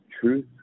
truth